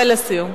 ולסיום.